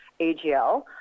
AGL